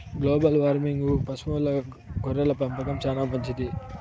global వార్మింగ్కు పశువుల గొర్రెల పెంపకం చానా మంచిది